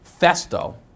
Festo